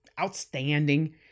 outstanding